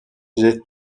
j’ai